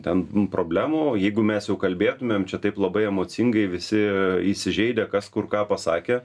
ten problemų jeigu mes jau kalbėtumėm čia taip labai emocingai visi įsižeidę kas kur ką pasakė